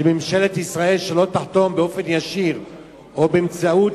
שממשלת ישראל לא תחתום באופן ישיר או באמצעות